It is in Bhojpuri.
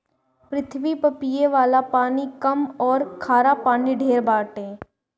पृथ्वी पर पिये वाला पानी कम अउरी खारा पानी ढेर बाटे